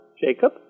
Jacob